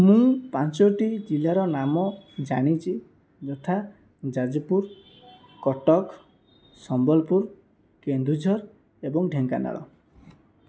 ମୁଁ ପାଞ୍ଚଟି ଜିଲ୍ଲାର ନାମ ଜାଣିଛି ଯଥା ଯାଜପୁର କଟକ ସମ୍ବଲପୁର କେନ୍ଦୁଝର ଏବଂ ଢେଙ୍କାନାଳ